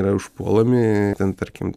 yra užpuolami ten tarkim